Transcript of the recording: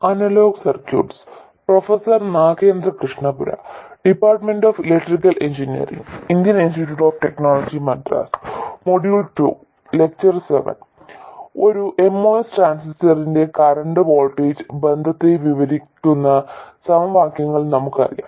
ഒരു MOS ട്രാൻസിസ്റ്ററിന്റെ current voltage ബന്ധത്തെ വിവരിക്കുന്ന സമവാക്യങ്ങൾ നമുക്കറിയാം